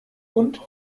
und